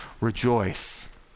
rejoice